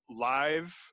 live